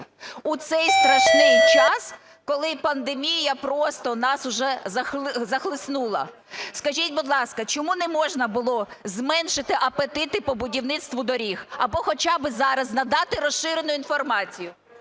У цей страшний час, коли пандемія просто нас вже захлиснула. Скажіть, будь ласка, чому не можна було зменшити апетити по будівництву доріг? Або хоча би зараз надати розширену інформацію,